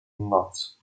knots